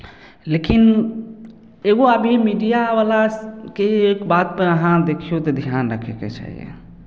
लेकिन एगो अभी मीडियावलाके एक बात पे अहाँ देखियौ तऽ ध्यान रखयके चाहियै